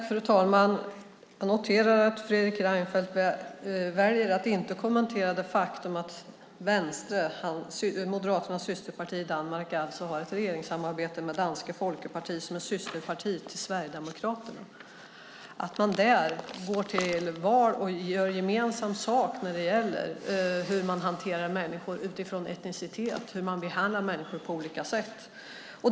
Fru talman! Jag noterar att Fredrik Reinfeldt väljer att inte kommentera det faktum att Venstre, Moderaternas systerparti i Danmark, har ett regeringssamarbete med Dansk folkeparti, som är systerparti till Sverigedemokraterna. Man går där till val och gör gemensam sak när det gäller hur man hanterar människor utifrån etnicitet och behandlar människor på olika sätt.